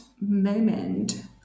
moment